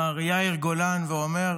מר יאיר גולן, ואומר